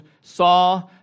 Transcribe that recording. saw